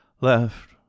Left